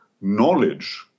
knowledge